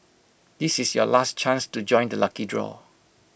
this is your last chance to join the lucky draw